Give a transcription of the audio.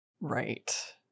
right